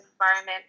environment